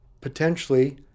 potentially